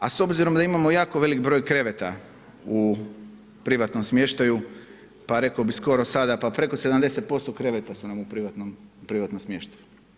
A s obzirom da imamo jako velik broj kreveta u privatnom smještaju, pa rekao bih skoro sada pa preko 70% kreveta su nam u privatnom smještaju.